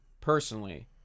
personally